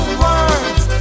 words